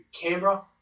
Canberra